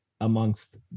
amongst